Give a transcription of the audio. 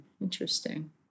Interesting